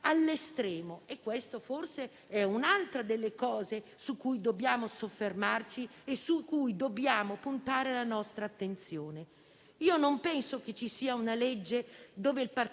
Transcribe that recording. all'estremo. Questo forse è un altro degli elementi su cui dobbiamo soffermarci e su cui puntare la nostra attenzione. Non penso che ci sia una legge che il Partito